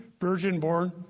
virgin-born